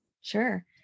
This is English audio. sure